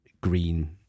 green